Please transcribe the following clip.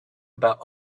about